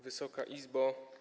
Wysoka Izbo!